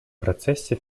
процессе